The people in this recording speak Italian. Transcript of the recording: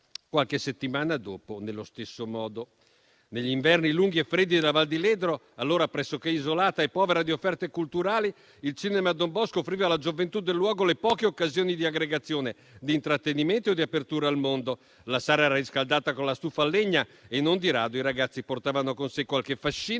qualche settimana dopo nello stesso modo. Negli inverni lunghi e freddi della Val di Ledro, allora pressoché isolata e povera di offerte culturali, il cinema Don Bosco offriva alla gioventù del luogo le poche occasioni di aggregazione, di intrattenimento e di apertura al mondo. La sala era riscaldata con la stufa a legna e non di rado i ragazzi portavano con sé qualche fascina,